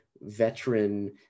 veteran